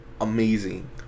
amazing